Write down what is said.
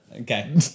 Okay